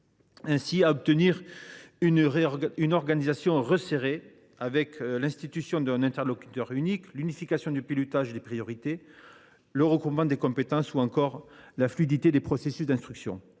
ainsi à créer une organisation resserrée : institution d’un interlocuteur unique, unification du pilotage des priorités, regroupement des compétences, fluidité des processus d’instruction.